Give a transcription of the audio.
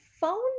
found